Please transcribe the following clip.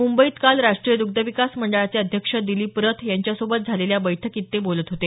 मुंबईत काल राष्ट्रीय द्ग्ध विकास मंडळाचे अध्यक्ष दिलीप रथ यांच्यासोबत झालेल्या बैठकीत ते बोलत होते